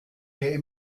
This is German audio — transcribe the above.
ihr